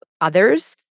others